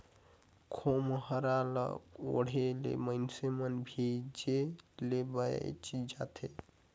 खोम्हरा ल ओढ़े ले मइनसे मन भीजे ले बाएच जाथे